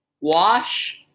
wash